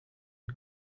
are